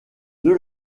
deux